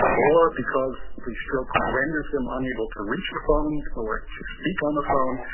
or because the stroke renders them unable to reach the phone or to speak on the phone,